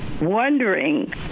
wondering